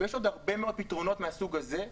ויש עוד הרבה מאוד פתרונות מהסוג הזה.